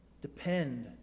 Depend